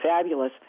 fabulous